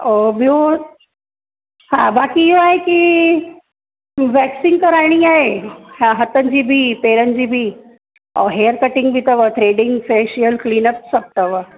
ऐं ॿियो हा बाक़ी इहो आहे कि वेक्सिंग कराइणी आहे हा हथनि जी बि पेरनि जी बि और हेयर कटिंग बि अथव थ्रेडिंग फ़ेशियल क्लीनअप सभु अथव